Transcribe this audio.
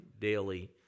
daily